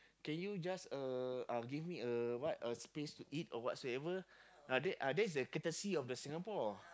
can you just uh uh give me a what a space to eat or whatsoever ah that ah that's the courtesy of the Singapore